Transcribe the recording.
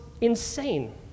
insane